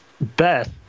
Beth